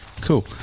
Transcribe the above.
Cool